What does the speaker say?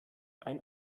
ein